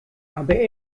aber